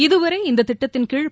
இதுவரை இந்த திட்டத்தின் கீழ்